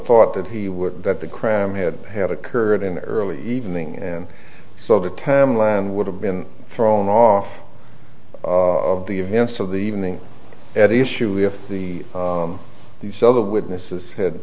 thought that he would that the crime had to have occurred in the early evening and so the term land would have been thrown off of the events of the evening at issue if the these other witnesses